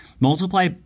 Multiply